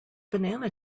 banana